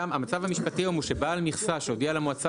המצב המשפטי היום הוא שבעל מכסה שהודיע למועצה